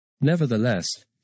Nevertheless